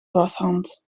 washand